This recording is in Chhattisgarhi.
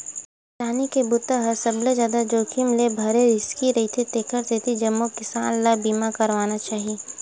किसानी के बूता ह सबले जादा जाखिम ले भरे रिस्की रईथे तेखर सेती जम्मो किसान ल बीमा करवाना चाही